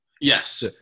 Yes